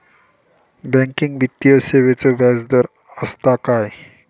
Banking वित्तीय सेवाचो व्याजदर असता काय?